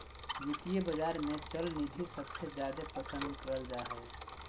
वित्तीय बाजार मे चल निधि सबसे जादे पसन्द करल जा हय